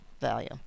value